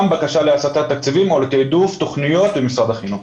בקשה להסטה תקציבית על תעדוף תוכניות במשרד החינוך.